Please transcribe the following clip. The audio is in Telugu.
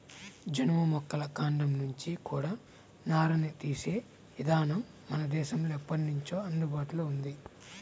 జనుము మొక్కల కాండం నుంచి కూడా నారని తీసే ఇదానం మన దేశంలో ఎప్పట్నుంచో అందుబాటులో ఉంది